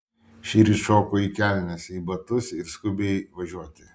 šįryt šoko į kelnes į batus ir skubiai važiuoti